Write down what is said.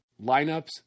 Lineups